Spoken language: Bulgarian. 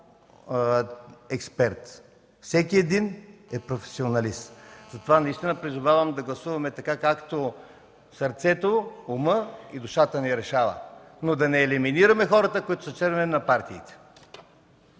експерт – всеки един е професионалист. Затова призовавам да гласуваме така, както сърцето, умът и душата ни решават, но да не елиминираме хората, които са членове на партиите.